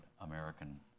American